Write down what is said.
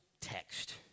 text